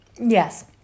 Yes